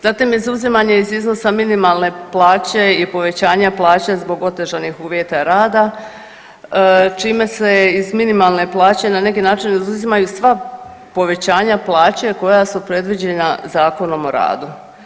Zatim izuzimanje iz iznosa minimalne plaće i povećanje plaće zbog otežanih uvjeta rada čime se iz minimalne plaće na neki način izuzimaju sva povećanja plaće koja su predviđena Zakonom o radu.